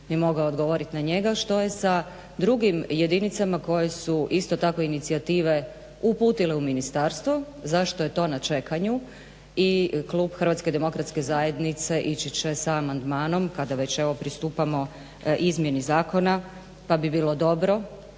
bi mogao odgovoriti na njega. Što je sa drugim jedinicama koje su isto tako inicijative uputile u ministarstvo? Zašto je to na čekanju? I klub HDZ-a ići će sa amandmanom kada već evo pristupamo izmjeni zakona pa bi bilo dobro